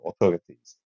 authorities